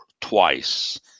twice